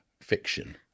fiction